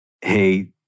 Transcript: hey